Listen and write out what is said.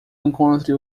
encontre